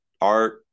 art